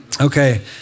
Okay